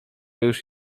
już